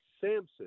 Samson